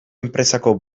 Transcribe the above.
enpresako